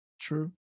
True